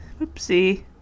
Oopsie